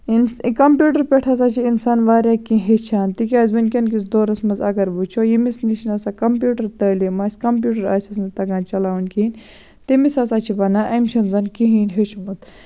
یُس کَمپوٗٹر پٮ۪ٹھ ہسا چھُ اِنسان واریاہ کیٚنٛہہ ہیٚچھان تِکیازِ ؤنکیٚن کِس دورَس منٛز اَگر وُچھو ییٚمِس نِش نہ سا کَمپوٗٹر تعلیٖم آسہِ کَمپوٗٹر آسیٚس نہٕ تَگان چَلاوُن کِہینۍ تٔمِس ہسا چھُ وَنان اَمہِ چھُنہٕ زَن کِہیٖنۍ ہیٚوچھمُت